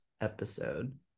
episode